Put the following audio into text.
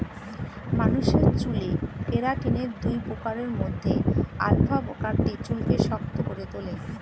মানুষের চুলে কেরাটিনের দুই প্রকারের মধ্যে আলফা প্রকারটি চুলকে শক্ত করে তোলে